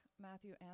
Matthew